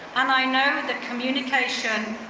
and i know that communication,